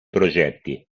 progetti